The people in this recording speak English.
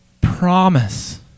promise